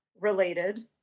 related